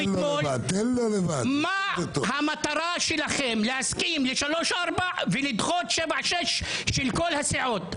מה המטרה שלכם להסכים לשלושה-ארבעה ולדחות שבעה-שישה של כל הסיעות?